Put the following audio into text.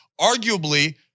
Arguably